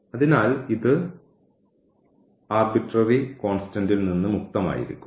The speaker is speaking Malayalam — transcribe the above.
അതിനാൽ ഇത് ആർബിട്രറി കോൺസ്റ്റന്റ്ൽ നിന്ന് മുക്തമായിരിക്കും